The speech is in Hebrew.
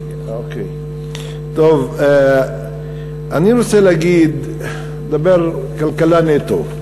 אני רוצה לדבר כלכלה נטו.